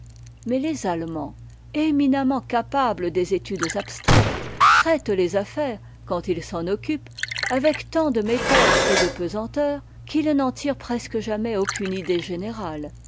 mais les allemands éminemment capables des études abstraites traitent les affaires quand ils s'en occupent avec tant de méthode et de pesanteur qu'ils n'en tirent presque jamais aucune idée générale